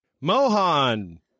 mohan